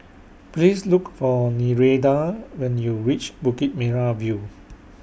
Please Look For Nereida when YOU REACH Bukit Merah View